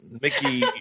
Mickey